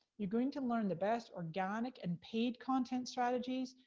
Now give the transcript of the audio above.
you're going to learn the best organic and paid content strategies.